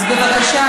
אז בבקשה,